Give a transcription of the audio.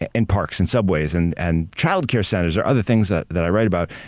and parks and subways and and childcare centers or other things that that i write about,